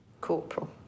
Corporal